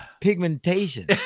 pigmentation